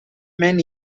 man